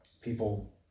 people